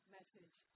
message